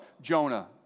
Jonah